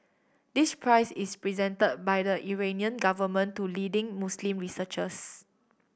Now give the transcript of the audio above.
this prize is present by the Iranian government to leading Muslim researchers